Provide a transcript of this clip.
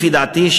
לפי דעתי,